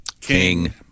king